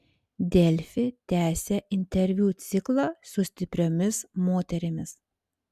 delfi tęsia interviu ciklą su stipriomis moterimis